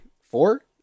Four